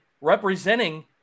representing